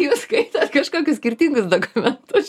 jūs skaitėt kažkokius skirtingus dokumentus